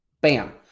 Bam